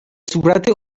صورت